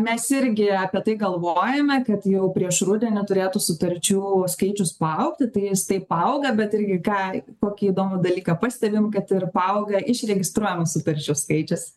mes irgi apie tai galvojame kad jau prieš rudenį turėtų sutarčių skaičius paaugti tai jis taip auga bet irgi ką kokį įdomų dalyką pastebim kad ir paauga išregistruojamų sutarčių skaičius